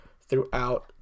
throughout